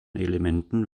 elementen